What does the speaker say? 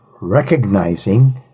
recognizing